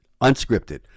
unscripted